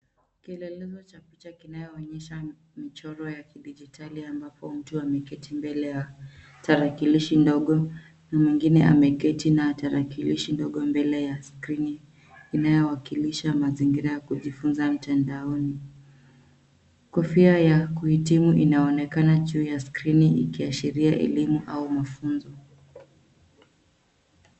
Kilele cha picha kinayoonyesha michoro ya kidijitali ambapo mtu ameketi mbele ya tarakilishi ndogo, mwingine ameketi na tarakilishi ndogo mbele ya skrini inayowakilisha mazingira ya kujifunza mtandaoni. Kofia ya kuhitimu inaonekana juu ya skrini ikiashiria elimu au mafunzo.